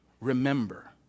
Remember